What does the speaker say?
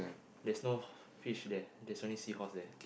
there's no fish there there's only seahorse there